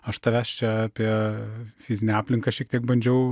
aš tavęs čia apie fizinę aplinką šiek tiek bandžiau